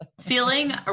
feeling